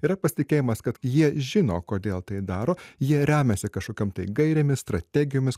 yra pasitikėjimas kad jie žino kodėl tai daro jie remiasi kažkokiam tai gairėmis strategijomis